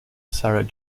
sarah